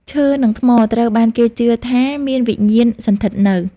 ឈើ និង ថ្ម ត្រូវបានគេជឿថាមានវិញ្ញាណសណ្ឋិតនៅ។